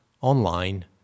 online